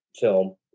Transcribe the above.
film